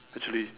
actually